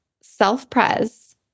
self-pres